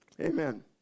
Amen